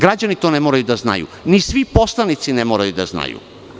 Građani to ne moraju da znaju, ni svi poslanici ne moraju da znaju.